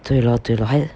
对 lor 对 lor 还有